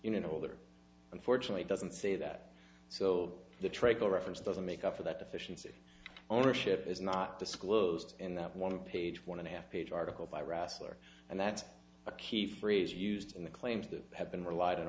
that unfortunately doesn't say that so the trickle reference doesn't make up for that deficiency ownership is not disclosed in that one page one and a half page article by rustler and that's a key phrase used in the claims that have been relied